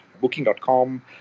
Booking.com